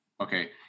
okay